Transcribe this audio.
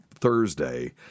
Thursday